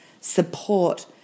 support